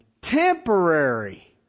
temporary